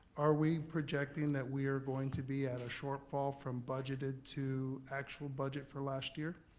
are we projecting that we're going to be at a shortfall from budgeted to actual budget for last year?